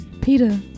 Peter